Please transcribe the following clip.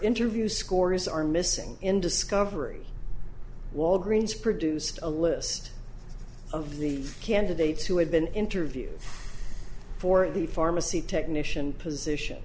interview scores are missing in discovery walgreens produced a list of the candidates who had been interviewed for the pharmacy technician position